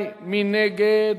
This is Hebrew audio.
מי נגד?